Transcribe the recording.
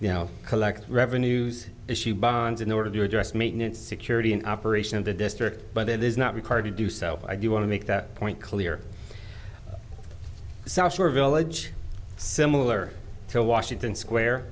you know collect revenues issue bonds in order to address maintenance security in operation in the district but it is not required to do so i do want to make that point clear the south shore village similar to washington square